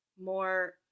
more